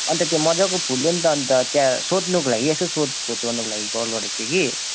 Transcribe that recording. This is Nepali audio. अन्त त्यो मजाको फुल्यो नि त अन्त त्यहाँ सोध्नुको लागि यसो सोधखोज गर्नुको लागि कल गरेको थिएँ कि